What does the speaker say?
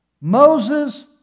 Moses